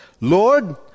Lord